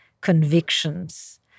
convictions